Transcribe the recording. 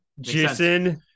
Jason